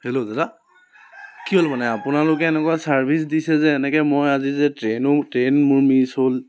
hello দাদা কি হ'ল মানে আপোনালোকে এনেকুৱা ছাৰ্ভিচ দিছে যে এনেকৈ মই আজি যে ট্ৰেইনো ট্ৰেইন মোৰ মিছ হ'ল